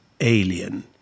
alien